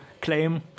claim